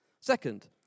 Second